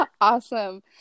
Awesome